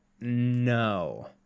no